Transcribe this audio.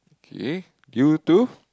okay due to